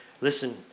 listen